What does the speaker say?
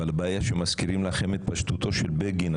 אבל כשמזכירים לכם את פשטותו של בגין,